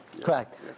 Correct